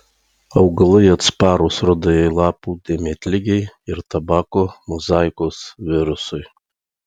augalai atsparūs rudajai lapų dėmėtligei ir tabako mozaikos virusui